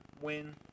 win